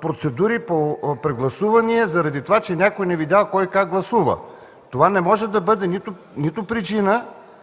процедури по прегласувания заради това, че някой не видял кой как гласува. Това не може да бъде нито причина,